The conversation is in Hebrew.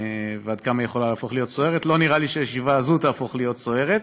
ועד כמה היא יכולה להפוך להיות סוערת.